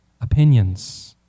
opinions